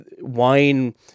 wine